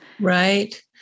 Right